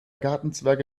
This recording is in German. gartenzwerge